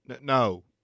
no